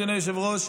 אדוני היושב-ראש,